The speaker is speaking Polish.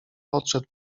podszedł